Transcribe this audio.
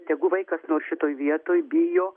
tegu vaikas nors šitoj vietoj bijo